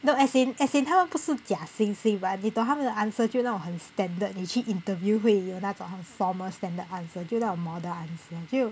no as in as in 他们不是假惺惺 but 你懂他们的 answer 就那种很 standard 你去 interview 会有那种很 formal standard answer 就那种 model answer 就